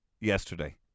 yesterday